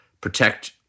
protect